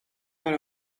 per